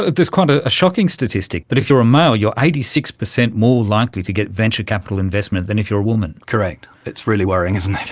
there's quite ah a shocking statistics, but if you are a male you are eighty six percent more likely to get venture capital investment than if you are a woman. correct. it's really worrying, isn't it,